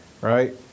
right